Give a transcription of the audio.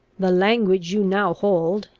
the language you now hold,